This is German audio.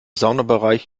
saunabereich